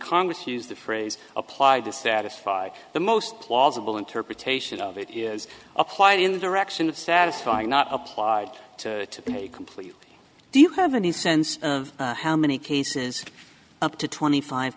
congress used the phrase applied to satisfy the most plausible interpretation of it is applied in the direction of satisfying not applied to a complete do you have any sense of how many cases up to twenty five